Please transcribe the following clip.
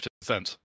defense